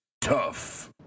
tough